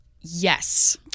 Yes